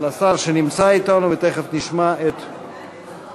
לשר שנמצא אתנו, ותכף נשמע את ההנמקה.